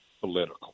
political